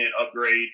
upgrade